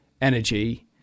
energy